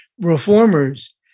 reformers